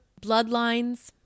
bloodlines